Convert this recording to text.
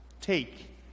Take